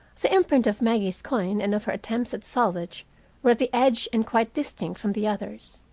the imprint of maggie's coin and of her attempts at salvage were at the edge and quite distinct from the others.